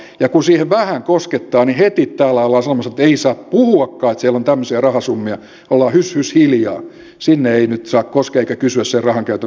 ja kun siihen vähän koskettaa niin heti täällä ollaan sanomassa että ei saa puhuakaan että siellä on tämmöisiä rahasummia ollaan hys hys hiljaa sinne ei nyt saa koskea eikä kysyä sen rahankäytön perään